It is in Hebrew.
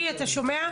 את דובי תנסו אחרי זה.